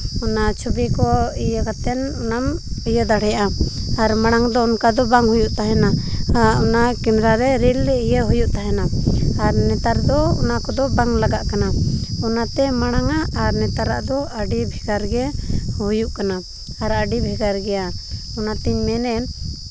ᱚᱱᱟ ᱪᱷᱚᱵᱤ ᱠᱚ ᱤᱭᱟᱹ ᱠᱟᱛᱮᱱ ᱚᱱᱟᱢ ᱤᱭᱟᱹ ᱫᱟᱲᱮᱭᱟᱜᱼᱟ ᱟᱨ ᱢᱟᱲᱟᱝ ᱫᱚ ᱚᱱᱠᱟ ᱫᱚ ᱵᱟᱝ ᱦᱩᱭᱩᱜ ᱛᱟᱦᱮᱱᱟ ᱟᱨ ᱚᱱᱟ ᱠᱮᱢᱨᱟ ᱨᱮ ᱨᱤᱞ ᱤᱭᱟᱹ ᱦᱩᱭᱩᱜ ᱛᱟᱦᱮᱱᱟ ᱟᱨ ᱱᱮᱛᱟᱨ ᱫᱚ ᱚᱱᱟ ᱠᱚᱫᱚ ᱵᱟᱝ ᱞᱟᱜᱟ ᱠᱟᱱᱟ ᱚᱱᱟᱛᱮ ᱢᱟᱲᱟᱝ ᱟᱜ ᱟᱨ ᱱᱮᱛᱟᱨᱟᱜ ᱫᱚ ᱟᱹᱰᱤ ᱵᱷᱮᱜᱟᱨ ᱜᱮ ᱦᱩᱭᱩᱜ ᱠᱟᱱᱟ ᱟᱨ ᱟᱹᱰᱤ ᱵᱷᱮᱜᱟᱨ ᱜᱮᱭᱟ ᱚᱱᱟᱛᱮᱧ ᱢᱮᱱᱮᱱ